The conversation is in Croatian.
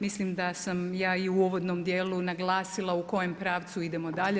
Mislim da sam ja i u uvodnom dijelu naglasila u kojem pravcu idemo dalje.